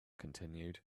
continued